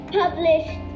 published